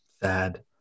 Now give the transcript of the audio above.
Sad